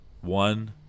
One